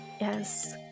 Yes